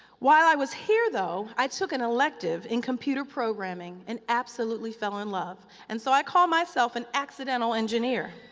while i was here, though, i took an elective in computer programming and absolutely fell in love. and so, i call myself an accidental engineer.